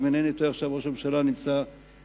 ואם אינני טועה עכשיו ראש הממשלה נמצא בחוץ-לארץ,